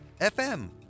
FM